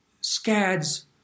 scads